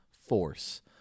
force